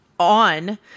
on